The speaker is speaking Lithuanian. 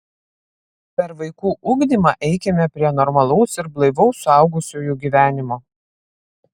per vaikų ugdymą eikime prie normalaus ir blaivaus suaugusiųjų gyvenimo